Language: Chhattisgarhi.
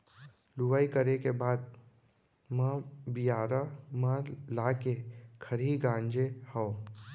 लुवई करे के बाद म बियारा म लाके खरही गांजे हँव